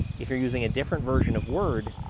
if you're using a different version of word,